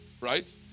right